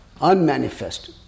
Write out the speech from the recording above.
unmanifest